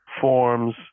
forms